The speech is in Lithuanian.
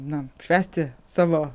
na švęsti savo